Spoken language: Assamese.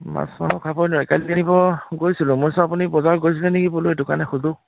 মাছ মাংস খাবই নোৱাৰি কালি গৈছিলোঁ মই ভাবিছোঁ আপুনি বজাৰ গৈছে নেকি বোলো সেইটো কাৰণে সুধোঁ